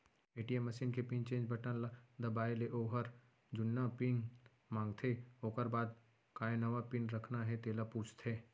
ATM machine के pin change button ल दबाए ले ओहर जुन्ना पिन मांगथे ओकर बाद काय नवा पिन रखना हे तेला पूछथे